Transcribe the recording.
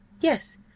Yes